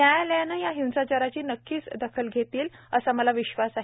न्यायालये या हिंसाचाराची नक्कीच दखल घेतील असा मला विश्वास आहे